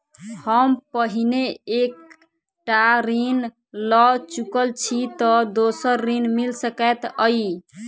हम पहिने एक टा ऋण लअ चुकल छी तऽ दोसर ऋण मिल सकैत अई?